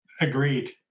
Agreed